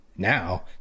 now